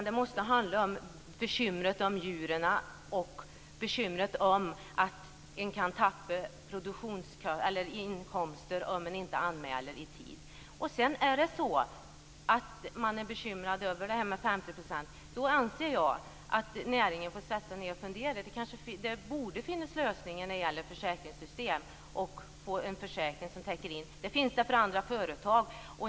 Det måste handla om bekymret om djuren och om att man kan tappa inkomster om man inte gör anmälan i tid. Är det sedan så att man är bekymrad över det här med 50 % anser jag att näringen får fundera. Det borde finnas lösningar när det gäller försäkringssystem. Det borde gå att få en försäkring som täcker in detta. Det finns det för andra företag.